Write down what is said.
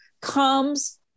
comes